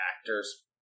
actors